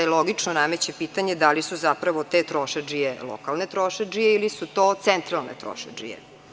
Logično se nameće pitanje da li su zapravo te trošadžije lokalne trošadžije ili su to centralne trošadžije?